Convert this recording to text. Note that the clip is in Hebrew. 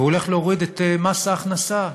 והוא הולך להוריד את מס ההכנסה.